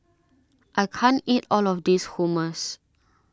I can't eat all of this Hummus